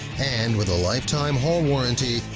and with a lifetime hull warranty,